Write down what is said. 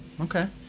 Okay